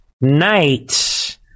night